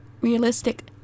realistic